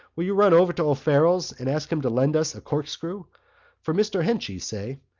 will you run over to o'farrell's and ask him to lend us a corkscrew for mr. henchy, say.